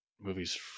movie's